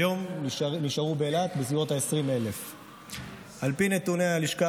כיום נשארו באילת בסביבות 20,000. על פי נתוני הלשכה